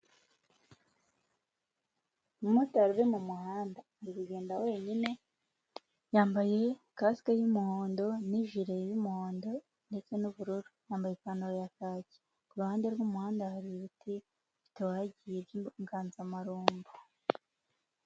Umumotari uri mu muhanda. Ari kugenda wenyine, yambaye kasike y'umuhondo n'ijire y'umuhondo ndetse n'ubururu. yambaye ipantaro ya kaki. Ku ruhande rw'umuhanda hari ibiti bitohagiye by'inganzamarumbo.